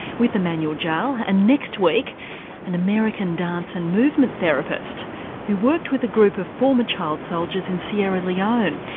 with emanuel jal and next week an american dance and movement therapist who worked with a group of former child soldiers in sierra leone,